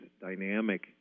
dynamic